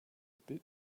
bit